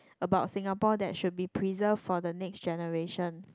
about Singapore that should be preserved for the next generation